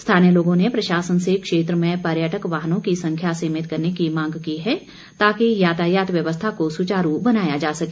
स्थानीय लोगों ने प्रशासन से क्षेत्र में पर्यटक वाहनों की संख्या सीमित करने की मांग की है ताकि यातायात व्यवस्था को सुचारू बनाया जा सके